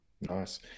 Nice